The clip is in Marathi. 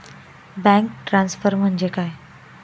बँक ट्रान्सफर म्हणजे काय?